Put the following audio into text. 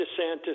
DeSantis